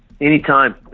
Anytime